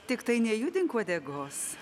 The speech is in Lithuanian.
tiktai nejudink uodegos